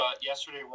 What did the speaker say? yesterday